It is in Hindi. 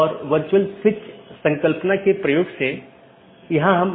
तो यह एक तरह की नीति प्रकारों में से हो सकता है